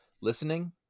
listening